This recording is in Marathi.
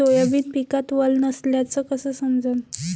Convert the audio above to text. सोयाबीन पिकात वल नसल्याचं कस समजन?